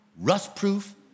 rust-proof